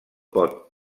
pot